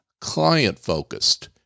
client-focused